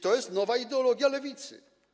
To jest nowa ideologia lewicy.